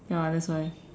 ya that's why